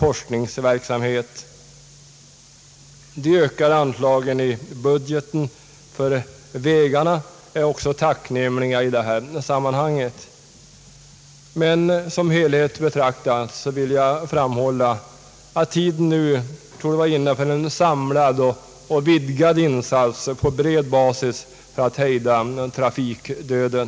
Också i det sammanhanget är de ökade anslagen i budgeten för vägarna tacknämliga. Men som helhetsbedömning vill jag framhålla att tiden nu torde vara inne för en samlad och vidgad insats på bred basis för att hejda trafikdöden.